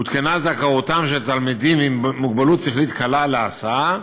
עודכנה זכאותם של תלמידים עם מוגבלות שכלית קלה להסעה,